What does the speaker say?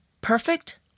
perfect